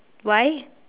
why